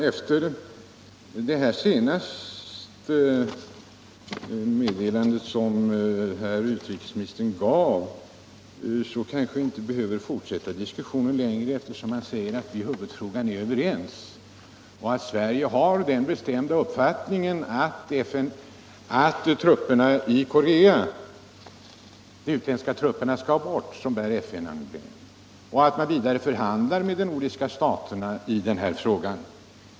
Efter herr utrikesministerns senaste meddelande behöver vi kanske inte fortsätta diskussionen längre, eftersom utrikesministern sade att vi i huvudfrågan är överens, att Sverige har den bestämda uppfattningen att de utländska trupperna i Korea som bär FN-emblem skall bort och att man förhandlar med de nordiska staterna i den här frågan.